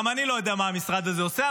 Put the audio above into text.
גם אני לא יודע מה המשרד הזה עושה,